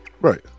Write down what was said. right